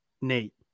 Nate